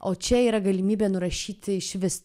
o čia yra galimybė nurašyti išvis